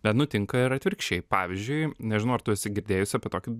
bet nutinka ir atvirkščiai pavyzdžiui nežinau ar tu esi girdėjusi apie tokį